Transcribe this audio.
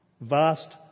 Vast